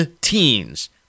teens